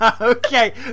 okay